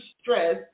stress